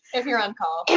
if you're on call.